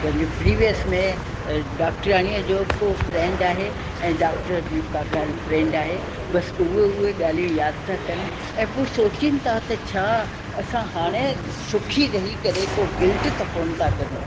पंहिंजे प्रिवियस में डॉक्टराणीअ जो को फ्रैंड आहे ऐं डाक्टर जी का गर्लफ्रैंड आहे बसि उहो उहे ॻाल्हियूं यादि था कनि ऐं पोइ सोचीनि था त छा असां हाणे सुखी रही करे को गिल्ट त कोन था करूं